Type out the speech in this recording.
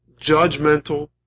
judgmental